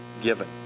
given